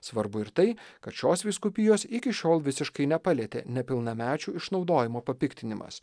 svarbu ir tai kad šios vyskupijos iki šiol visiškai nepalietė nepilnamečių išnaudojimo papiktinimas